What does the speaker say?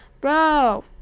bro